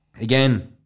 again